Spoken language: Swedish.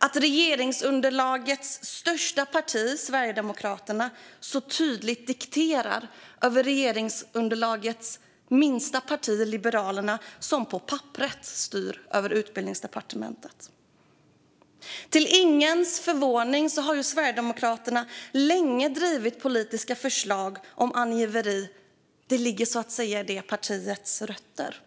att regeringsunderlagets största parti, Sverigedemokraterna, så tydligt dikterar över regeringsunderlagets minsta parti, Liberalerna, som på papperet styr över Utbildningsdepartementet. Till ingens förvåning har Sverigedemokraterna länge drivit politiska förslag om angiveri; det ligger så att säga i detta partis rötter.